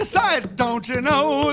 the side don't you know